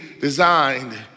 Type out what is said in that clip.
designed